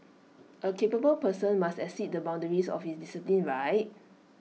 A capable person must exceed the boundaries of his discipline right